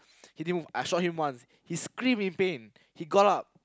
he didn't I shot him once he scream in pain he got up